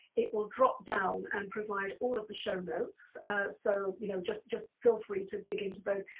it will drop down and provide all of the shownotes so you know just just feel free to dig into those.